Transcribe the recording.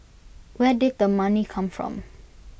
where did the money come from